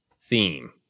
theme